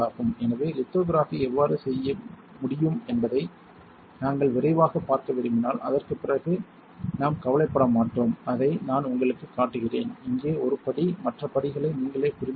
எனவே லித்தோகிராஃபி எவ்வாறு செய்ய முடியும் என்பதை நாங்கள் விரைவாகப் பார்க்க விரும்பினால் அதற்குப் பிறகு நாம் கவலைப்பட மாட்டோம் அதை நான் உங்களுக்குக் காட்டுகிறேன் இங்கே ஒரு படி மற்ற படிகளை நீங்களே புரிந்து கொள்ளுங்கள்